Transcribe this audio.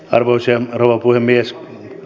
arvoisa rouva puhemies